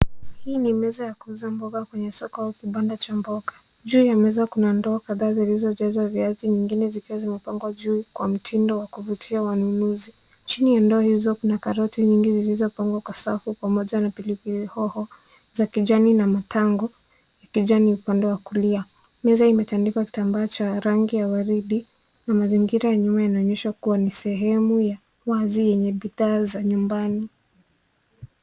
Hii ni meza ya kuuza mboga kwenye soko au kibanda cha mboga. Juu ya meza kuna ndoo kadhaa zilizojazwa viazi, nyingine zikiwa zimepangwa juu kwa mtindo wa kuvutia wanunuzi. Chini ya ndoo hizo kuna karoti nyingi zilizopangwa kwa safu pamoja na pilipili hoho za kijani na matango ya kijani upande wa kulia. Meza imetandikwa kitambaa cha rangi ya waridi, na mazingira ya nyuma inaonyesha kuwa ni sehemu ya wazi yenye bidhaa za nyumbani.